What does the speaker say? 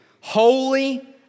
Holy